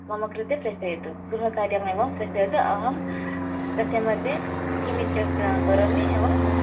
मम कृते प्रेषयतु गृहकार्यमेवं प्रेषयतु अहं तस्य मध्ये सिग्नेचर् करोमि एवं